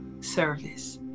service